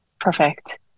perfect